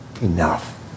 enough